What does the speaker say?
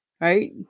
right